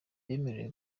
bemerewe